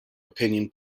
opinion